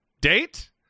Date